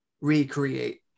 recreate